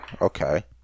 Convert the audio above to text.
Okay